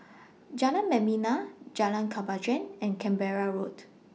Jalan Membina Jalan Kemajuan and Canberra Road